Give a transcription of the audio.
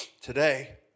today